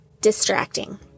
distracting